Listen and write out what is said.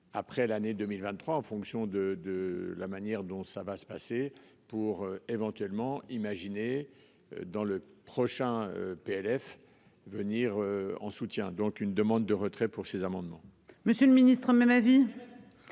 après l'année 2023 en fonction de, de la manière dont ça va se passer pour éventuellement imaginer dans le prochain PLF venir en soutien, donc une demande de retrait pour ces amendements. Monsieur le Ministre même avis.